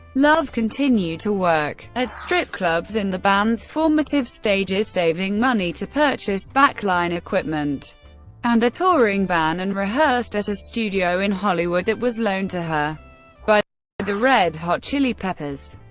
love continued to work at strip clubs in the band's formative stages, saving money to purchase backline equipment and a touring van, and rehearsed at a studio in hollywood that was loaned to her by the red hot chili peppers.